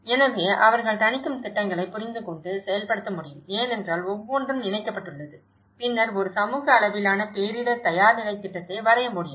எனவே அவர்கள் தணிக்கும் திட்டங்களை புரிந்துகொண்டு செயல்படுத்த முடியும் ஏனென்றால் ஒவ்வொன்றும் இணைக்கப்பட்டுள்ளது பின்னர் ஒரு சமூக அளவிலான பேரிடர் தயார் நிலைத் திட்டத்தை வரைய முடியும்